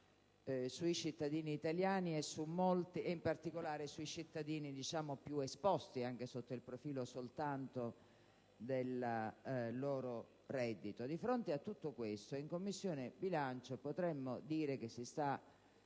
sui cittadini italiani e, in particolare, sui cittadini più esposti anche sotto il profilo soltanto del loro reddito. Di fronte a tutto questo, potremmo dire che in